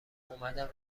اومدم